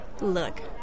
Look